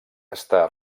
està